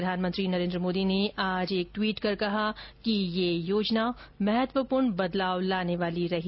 प्रधानमंत्री नरेन्द्र मोदी ने आज एक ट्वीट कर कहा कि यह योजना महत्वपूर्ण बदलाव लाने वाली रही